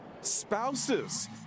Spouses